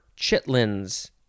chitlins